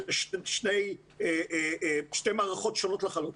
זה שתי מערכות שונות לחלוטין.